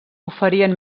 oferien